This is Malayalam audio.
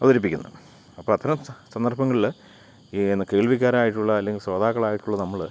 അവതരിപ്പിക്കുന്നത് അപ്പം അത്തരം സന്ദർഭങ്ങളിൽ ഈന്ന് കേൾവിക്കാരായിട്ടുള്ള അല്ലെങ്കിൽ ശ്രോതാക്കളായിട്ടുള്ള നമ്മൾ